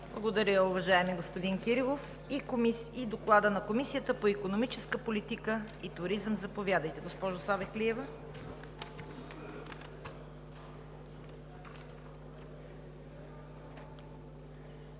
Благодаря, уважаеми господин Кирилов. Следва Докладът на Комисията по икономическа политика и туризъм. Заповядайте, госпожо Савеклиева.